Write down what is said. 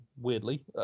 weirdly